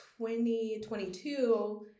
2022